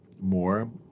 more